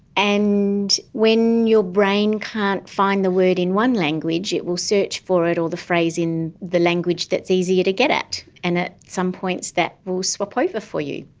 and when your brain can't find the word in one language, it will search for it or the phrase in the language that is easier to get at, and at some points that will swap over for you.